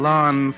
Lawn